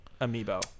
Amiibo